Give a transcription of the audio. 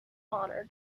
honor